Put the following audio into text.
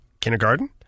kindergarten